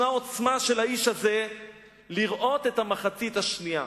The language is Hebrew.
ישנה עוצמה של האיש הזה לראות את המחצית השנייה.